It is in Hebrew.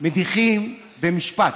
מדיחים במשפט.